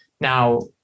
Now